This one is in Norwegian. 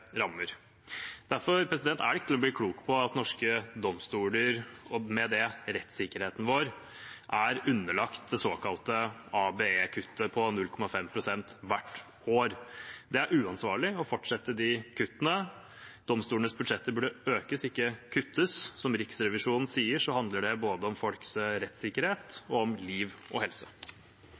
rammer. Derfor er det ikke til å bli klok av at norske domstoler og med det rettssikkerheten vår er underlagt det såkalte ABE-kuttet på 0,5 pst. hvert år. Det er uansvarlig å fortsette de kuttene. Domstolenes budsjetter burde økes, ikke kuttes. Som Riksrevisjonen sier, handler det om både folks rettssikkerhet og folks liv og helse.